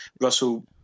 russell